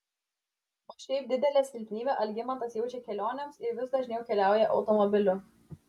o šiaip didelę silpnybę algimantas jaučia kelionėms ir vis dažniau keliauja automobiliu